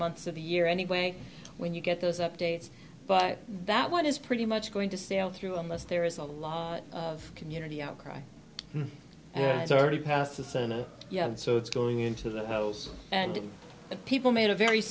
months of the year anyway when you get those updates but that one is pretty much going to sail through unless there is a lot of community outcry and it's already passed the senate so it's going into the house and the people made a very